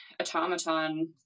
automaton